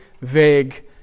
vague